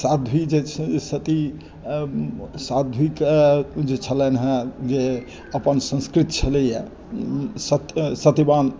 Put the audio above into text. साध्वी जे छै सती साध्वीकेँ जे छलनि हँ जे अपन संस्कृति छलैया सत्यवान